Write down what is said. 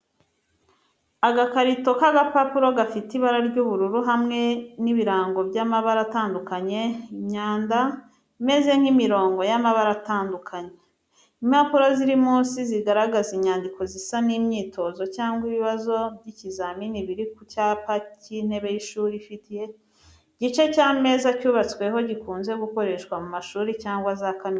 Agakarito k’agapapuro gafite ibara ry'ubururu hamwe n'ibirango by'amabara atandukanye, imyanda imeze nk'imirongo y'amabara atandukanye. Impapuro ziri munsi zigaragaza inyandiko zisa n’imyitozo cyangwa ibibazo by’ikizamini biri ku cyapa cy’intebe y’ishuri ifite igice cy’ameza cyubatsweho gikunze gukoreshwa mu mashuri cyangwa za kaminuza.